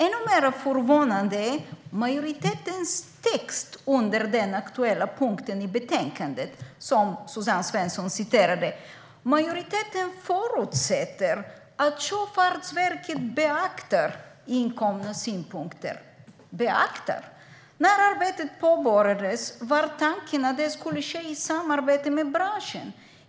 Ännu mer förvånande är majoritetens text under den aktuella punkten i betänkandet, som Suzanne Svensson citerade. Majoriteten förutsätter att Sjöfartsverket beaktar inkomna synpunkter. När arbetet påbörjades var tanken att det skulle ske i samarbete med branschen.